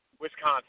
Wisconsin